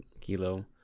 Kilo